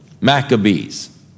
Maccabees